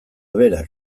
berak